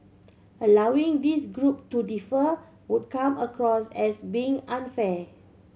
allowing this group to defer would come across as being unfair